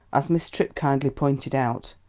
as miss tripp kindly pointed out,